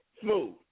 Smooth